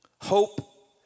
Hope